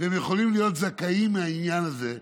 והם יכולים להיות זכאים לעניין הזה,